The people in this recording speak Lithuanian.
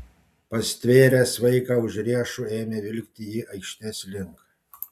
pastvėręs vaiką už riešų ėmė vilkti jį aikštės link